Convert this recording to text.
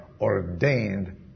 ordained